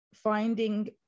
finding